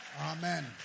Amen